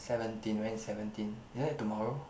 seventeen when is seventeen isn't that tomorrow